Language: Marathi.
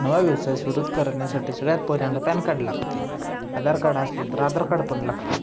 नवा व्यवसाय सुरू करण्यासाठी सगळ्यात पहिल्यांदा पॅन कार्ड लागते आधार कार्ड असले तर आधार कार्ड पण लागते